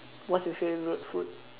what's your favourite food